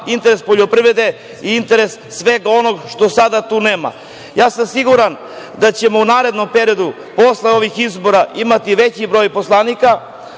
interes poljoprivrede i interes svega onoga čega nema. Siguran sam da ćemo u narednom periodu, posle ovih izbora, imati veći broj poslanika